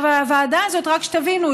בוועדה הזאת, רק שתבינו,